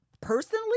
personally